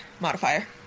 modifier